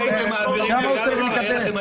כמה הוא צריך לקבל?